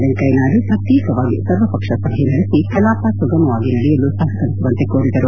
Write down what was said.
ವೆಂಕಯ್ಕನಾಯ್ಡು ಪ್ರತ್ಯೇಕವಾಗಿ ಸರ್ವಪಕ್ಷ ಸಭೆ ನಡೆಸಿ ಕಲಾಪ ಸುಗಮವಾಗಿ ನಡೆಯಲು ಸಹಕರಿಸುವಂತೆ ಕೋರಿದರು